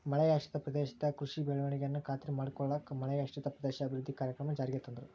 ಮಳೆಯಾಶ್ರಿತ ಪ್ರದೇಶದಾಗ ಕೃಷಿ ಬೆಳವಣಿಗೆನ ಖಾತ್ರಿ ಮಾಡ್ಕೊಳ್ಳಾಕ ಮಳೆಯಾಶ್ರಿತ ಪ್ರದೇಶ ಅಭಿವೃದ್ಧಿ ಕಾರ್ಯಕ್ರಮ ಜಾರಿಗೆ ತಂದ್ರು